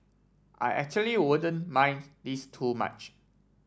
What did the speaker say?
I actually wouldn't mind this too much